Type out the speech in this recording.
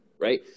Right